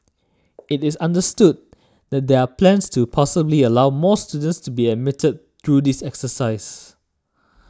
it is understood that there are plans to possibly allow more students to be admitted through this exercise